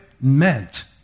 meant